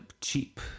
cheap